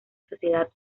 sociedad